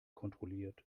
kontrolliert